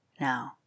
Now